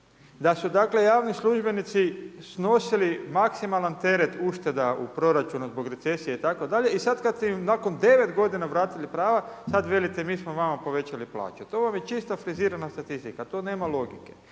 da su dakle, javni službenici snosili maksimalni teret ušteda u proračunu zbog recesije itd. I sada kada im nakon 9 g. vratili prava, sada velite, im smo vama povećali plaće, to vam je čista …/Govornik se ne razumije./… statistika, tu nema logike.